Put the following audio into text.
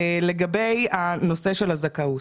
לגבי הנושא של הזכאות.